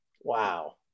Wow